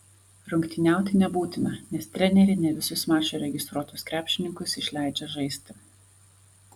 rungtyniauti nebūtina nes treneriai ne visus mačui registruotus krepšininkus išleidžia žaisti